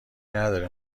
نداره